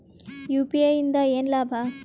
UPI ಇಂದ ಏನ್ ಲಾಭ?